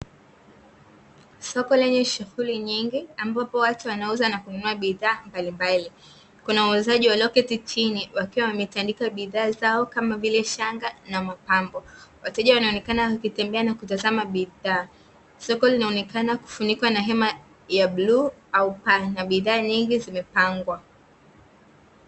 Soko lenye shughuli nyingi ambapo watu wanauza na kununua bidhaa mbalimbali. Kuna wauzaji walioketi chini wakiwa wametandika bidhaa zao, kama vile; shanga na mapambo. Wateja wanaonekana wakitembea na kutazama bidhaa. Soko linaonekana kufunikwa na hema ya bluu au paa na bidhaa nyingi zimepangwa.